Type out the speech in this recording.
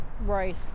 right